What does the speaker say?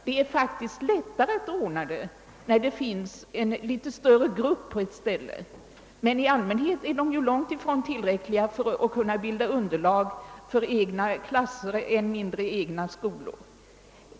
Det är mycket lättare att ordna skolgången när det finns en större grupp på ett ställe. I allmänhet är gruppen dock inte tillräckligt stor för att bilda underlag för egna klasser, än mindre egna skolor.